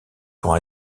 pour